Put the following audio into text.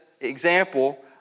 example